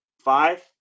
five